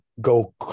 go